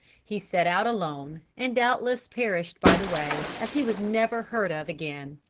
he set out alone, and doubtless perished by the way, as he was never heard of again.